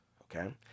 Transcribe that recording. okay